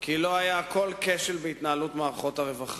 כי לא היה כל כשל בהתנהלות מערכות הרווחה.